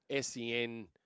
SEN